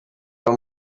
baba